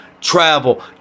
travel